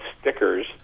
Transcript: stickers